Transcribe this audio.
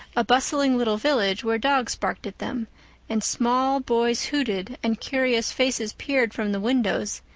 a bustling little village where dogs barked at them and small boys hooted and curious faces peered from the windows,